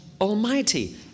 Almighty